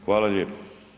Hvala lijepo.